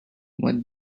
what